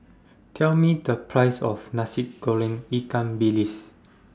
Tell Me The Price of Nasi Goreng Ikan Bilis